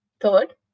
Third